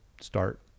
start